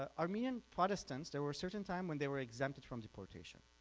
ah armenian protestants, there were certain time when they were exempted from deportation.